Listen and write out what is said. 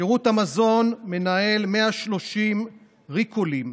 שירות המזון מנהל 130 ריקולים,